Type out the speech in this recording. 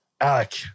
Alec